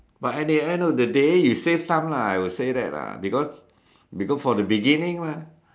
but at the end of the day you save some lah I would say that lah because we go for the beginning mah